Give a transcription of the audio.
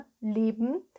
leben